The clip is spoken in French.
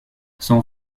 son